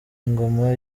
ingoma